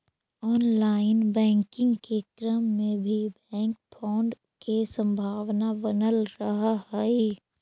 online banking के क्रम में भी बैंक फ्रॉड के संभावना बनल रहऽ हइ